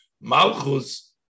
Malchus